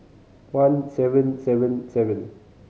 one seven seven seven